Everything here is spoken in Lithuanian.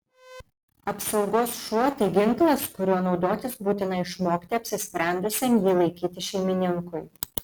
apsaugos šuo tai ginklas kuriuo naudotis būtina išmokti apsisprendusiam jį laikyti šeimininkui